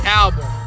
album